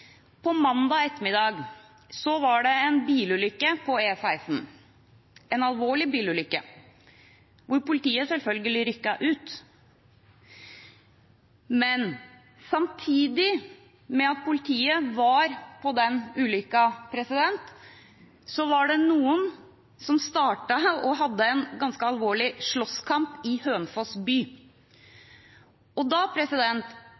var det mandag ettermiddag en bilulykke på E16, en alvorlig bilulykke, hvor politiet selvfølgelig rykket ut. Samtidig med at politiet var på dette ulykkesstedet, var det noen som startet og hadde en ganske alvorlig slåsskamp i Hønefoss by. Da